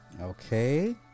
okay